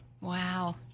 Wow